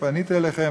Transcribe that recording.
"ופניתי אליכם,